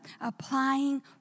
applying